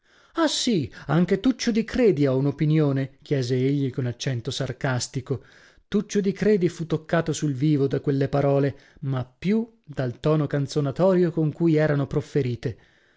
ah sì anche tuccio di credi ha un'opinione chiese egli con accento sarcastico tuccio di credi fu toccato sul vivo da quelle parole ma più dal tono canzonatorio con cui erano profferite